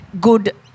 good